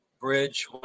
Bridge